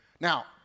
Now